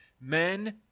Men